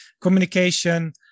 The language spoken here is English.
communication